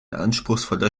anspruchsvoller